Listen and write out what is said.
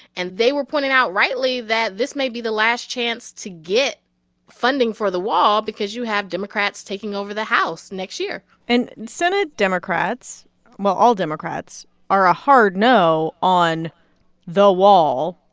and they were pointing out rightly that this may be the last chance to get funding for the wall because you have democrats taking over the house next year and senate democrats well, all democrats are a hard no on the wall,